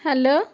hello